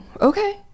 okay